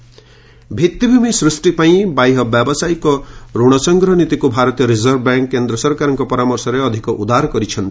RBI ଇସି ଭିତ୍ତିଭୂମି ସୃଷ୍ଟି ପାଇଁ ବାହ୍ୟ ବ୍ୟବସାୟିକ ରଣ ସଂଗ୍ରହ ନୀତିକୁ ଭାରତୀୟ ରିଜର୍ଭ ବ୍ୟାଙ୍କ କେନ୍ଦ୍ର ସରକାରଙ୍କ ପରାମର୍ଶରେ ଅଧିକ ଉଦାର କରିଛନ୍ତି